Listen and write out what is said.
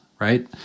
right